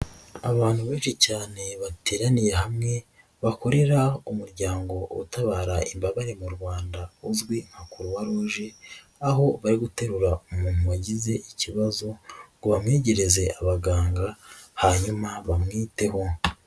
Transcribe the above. Abantu benshi cyane bateraniye hamwe bakorera umuryango utabara imbabare mu Rwanda uzwi acroix rouge aho bari guterura umuntu wagize ikibazo ngo bamwegereze abaganga hanyuma bamwiteho.